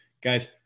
Guys